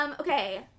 Okay